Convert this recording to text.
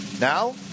Now